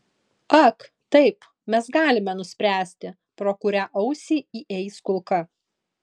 ak taip mes galime nuspręsti pro kurią ausį įeis kulka